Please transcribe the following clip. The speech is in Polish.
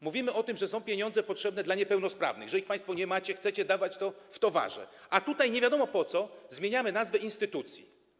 Mówimy o tym, że są potrzebne pieniądze dla niepełnosprawnych, że ich państwo nie macie, chcecie dawać to w towarze, a tutaj, nie wiadomo po co zmieniamy nazwę instytucji.